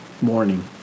morning